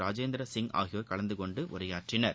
ராஜேந்திர சிங் ஆகியோர் கலந்துகொண்டு உரையாற்றினர்